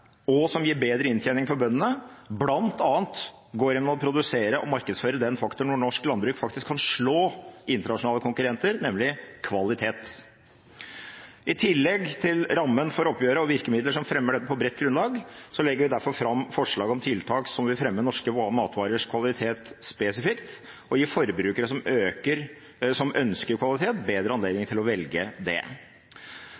og som gir bedre inntjening for bøndene, bl.a. går gjennom å produsere og markedsføre den faktoren hvor norsk landbruk faktisk kan slå internasjonale konkurrenter, nemlig kvalitet. I tillegg til rammen for oppgjøret og virkemidler som fremmer dette på bredt grunnlag, legger vi derfor fram forslag om tiltak som vil fremme norske matvarers kvalitet spesifikt, og gi forbrukere som ønsker kvalitet, bedre